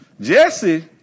Jesse